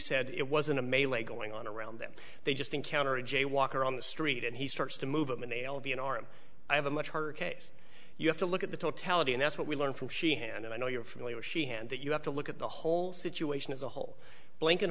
said it wasn't a melee going on around them they just encounter a jaywalker on the street and he starts to move them an alien arm i have a much harder case you have to look at the totality and that's what we learn from she hand and i know you're familiar she had that you have to look at the whole situation as a whole blin